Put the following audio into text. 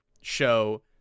show